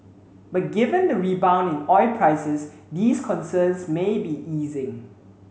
but given the rebound in oil prices these concerns may be easing